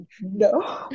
No